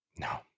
No